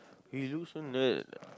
he look so nerd